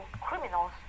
criminals